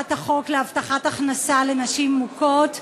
מוצמדות בתמיכת הממשלה,